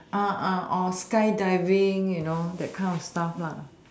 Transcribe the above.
or skydiving you know that kind of stuff